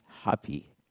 happy